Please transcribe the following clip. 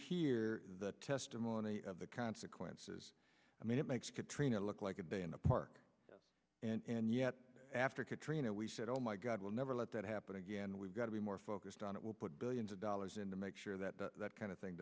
hear the testimony of the consequences i mean it makes katrina look like a day in the park and yet after katrina we said oh my god will never let that happen again we've got to be more focused on it we'll put billions of dollars in to make sure that that kind of thing